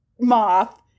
moth